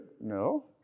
No